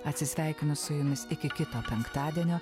atsisveikinu su jumis iki kito penktadienio